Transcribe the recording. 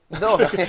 No